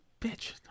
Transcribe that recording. Bitch